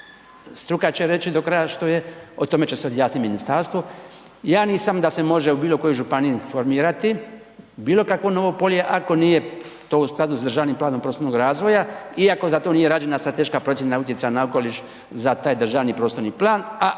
struka će reći do kraja što je, o tome će se izjasniti ministarstvo, ja nisam da se može u bilo kojoj županiji formirati bilo kakvo novo polje ako nije to u skladu s državnim planom prostornog razvoja, i ako za to nije rađena strateška procjena utjecaja na okoliš za taj državni prostorni plan,